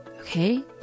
Okay